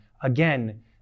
Again